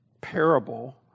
parable